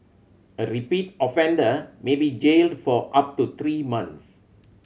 a repeat offender may be jailed for up to three months